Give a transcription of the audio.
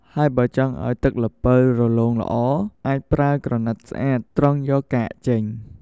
ហើយបើចង់ឲ្យទឹកល្ពៅរលោងល្អ អាចប្រើក្រណាត់ស្អាត ឬសំពាធល្អិតត្រងយកកាកចេញ។